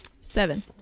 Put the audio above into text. Seven